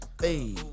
hey